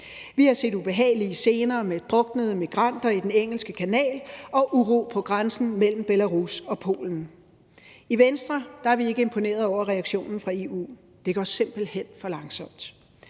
Vi har set ubehagelige scener med druknede migranter i den engelske kanal og med uro på grænsen mellem Hviderusland og Polen. I Venstre er vi ikke imponeret over reaktionen fra EU. Det går simpelt hen for langsomt.